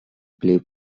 believed